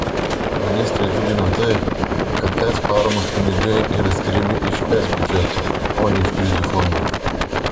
ministrę džiugina tai kad es paramos pinigai yra skiriami iš es biudžeto o ne iš krizių fondo